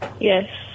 Yes